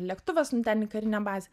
lėktuvas nu ten į karinę bazę